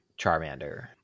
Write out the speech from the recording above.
Charmander